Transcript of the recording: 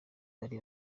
bari